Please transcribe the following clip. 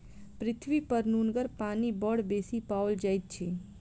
पृथ्वीपर नुनगर पानि बड़ बेसी पाओल जाइत अछि